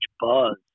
buzz